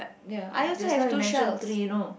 ya just now you mention three you know